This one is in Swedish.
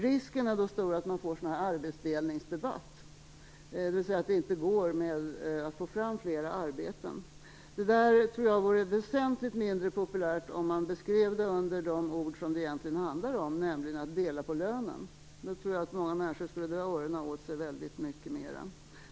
Risken är då stor att man får en arbetsdelningsdebatt, dvs. en debatt om att det inte går att få fram fler arbeten. Det där tror jag vore väsentligt mindre populärt om man beskrev det med de ord som det egentligen handlar om, nämligen att dela på lönen. Då tror jag att många människor skulle dra öronen åt sig mycket mera.